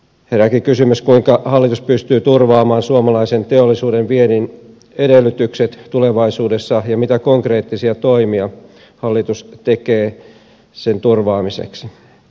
herääkin kysymys kuinka hallitus pystyy turvaamaan suomalaisen teollisuuden viennin edellytykset tulevaisuudessa ja mitä konkreettisia toimia hallitus tekee sen turvaamiseksi